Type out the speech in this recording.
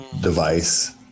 device